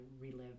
relive